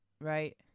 right